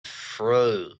through